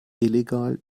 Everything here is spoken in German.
illegal